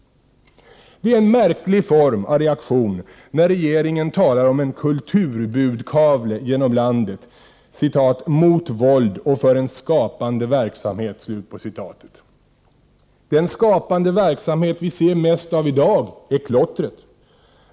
Det är en märklig form av reaktion när regeringen talar om en kulturbudkavle genom landet ”mot våld och för en skapande verksamhet”. Den skapande verksamhet vi ser mest av i dag är klottret.